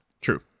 true